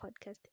podcast